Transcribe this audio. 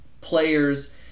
players